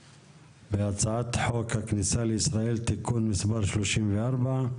בהצעת חוק הכניסה לישראל (תיקון מס' 34),